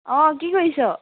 অঁ কি কৰিছ